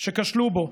שכשלו בו.